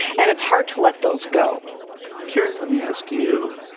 and it's hard to let those go karen, let me ask you,